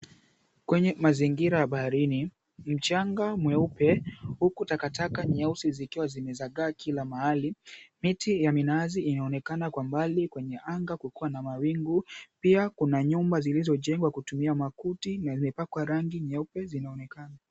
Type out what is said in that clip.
Kwenye mazingira ya baharini mchanga mweupe huku takataka nyeusi zikiwa zimezagaa kila mahali. Miti ya minazi zinaonekana kwa mbali kwenye anga kukiwa na mawingu pia kuna nyumba zilizojengwa kutumia makuti na zimepakwa rangi nyeupe zinaonekana.